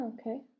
Okay